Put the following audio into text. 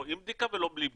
לא עם בדיקה ולא בלי בדיקה.